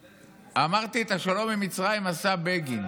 אמרתי, בגין.